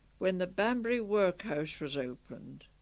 when the banbury workhouse was opened.